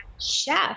chef